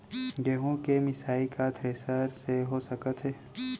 गेहूँ के मिसाई का थ्रेसर से हो सकत हे?